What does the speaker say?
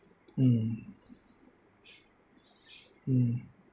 mm mm